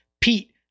Pete